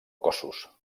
cossos